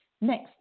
next